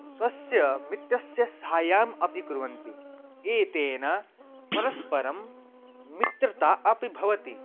स्वस्य मित्रस्य सहायम् अपि कुर्वन्ति एतेन परस्परं मित्रता अपि भवति